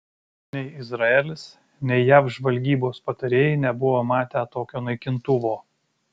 nei izraelis nei jav žvalgybos patarėjai nebuvo matę tokio naikintuvo